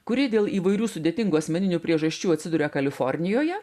kurį dėl įvairių sudėtingų asmeninių priežasčių atsiduria kalifornijoje